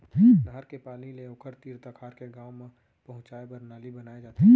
नहर के पानी ले ओखर तीर तखार के गाँव म पहुंचाए बर नाली बनाए जाथे